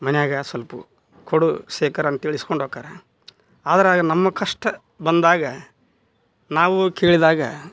ಮನ್ಯಾಗ ಸ್ವಲ್ಪ ಕೊಡು ಶೇಖರ ಅಂಥೇಳಿ ಈಸ್ಕೊಂಡು ಹೋಕ್ಕಾರ ಆದ್ರಾಗ ನಮ್ಮ ಕಷ್ಟ ಬಂದಾಗ ನಾವು ಕೇಳಿದಾಗ